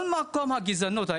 כל מקום הגזענות.